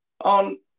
on